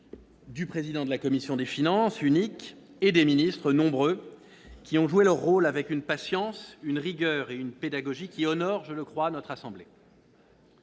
du président de la commission des finances, uniques, ainsi que celle des ministres, nombreux, qui ont joué leur rôle avec une patience, une rigueur et une pédagogie qui honorent, je le crois, notre assemblée.